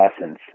Lessons